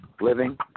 living